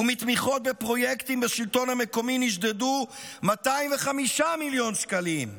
ומתמיכות בפרויקטים בשלטון המקומי נשדדו 205 מיליון שקלים.